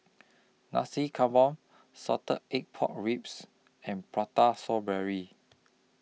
Nasi Campur Salted Egg Pork Ribs and Prata Saw Berry